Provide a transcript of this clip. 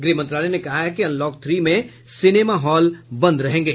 गृह मंत्रालय ने कहा है कि अनलॉक थ्री में सिनेमा हॉल बंद रहेंगे